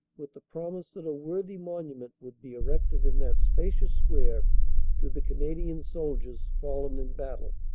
with the promise that a worthy monument would be erected in that spacious square to the canadian soldiers fallen in battle.